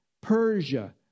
Persia